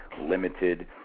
limited